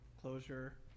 closure